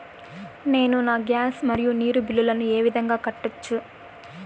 నేను నా గ్యాస్, మరియు నీరు బిల్లులను ఏ విధంగా కట్టొచ్చు?